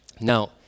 Now